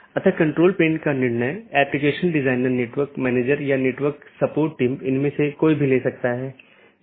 दूसरे अर्थ में जब मैं BGP डिवाइस को कॉन्फ़िगर कर रहा हूं मैं उस पॉलिसी को BGP में एम्बेड कर रहा हूं